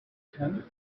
tenth